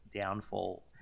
downfall